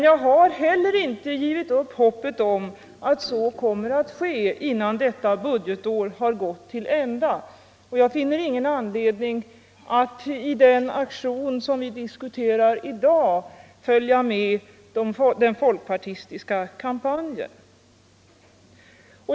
Jag har heller inte givit upp hoppet om att så kommer att ske innan detta budgetår har gått till ända. Jag finner därför ingen anledning att i den aktion som vi diskuterar i dag följa med den folkpartistiska kampanjen.